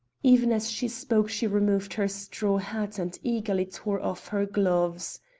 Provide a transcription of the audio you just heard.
even as she spoke she removed her straw hat and eagerly tore off her gloves.